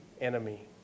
enemy